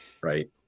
Right